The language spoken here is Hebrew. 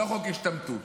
לא חוק השתמטות.